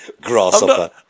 grasshopper